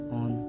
on